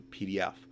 PDF